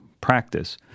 practice